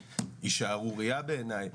היא שערורייה בעיניי,